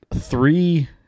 three